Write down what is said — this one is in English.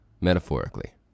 Metaphorically